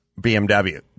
BMW